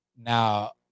Now